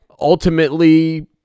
ultimately